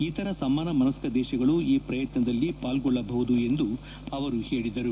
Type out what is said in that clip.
ಇತರ ಸಮಾನ ಮನಸ್ಕ ದೇಶಗಳು ಈ ಪ್ರಯತ್ನದಲ್ಲಿ ಪಾಲ್ಗೊಳಬಹುದು ಎಂದು ಅವರು ಹೇಳಿದರು